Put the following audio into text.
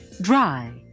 dry